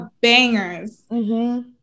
bangers